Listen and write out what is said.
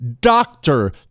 doctor